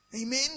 Amen